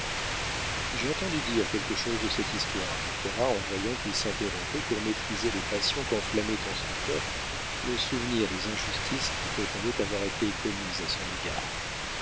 j'ai entendu dire quelque chose de cette histoire dit cora en voyant qu'il s'interrompait pour maîtriser les passions qu'enflammait en son cœur le souvenir des injustices qu'il prétendait avoir été commises à son égard